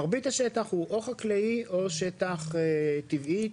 מרבית השטח הוא חקלאי או שטח טבעי,